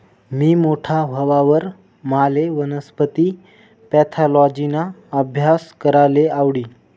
मी मोठा व्हवावर माले वनस्पती पॅथॉलॉजिना आभ्यास कराले आवडी